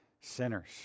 Sinners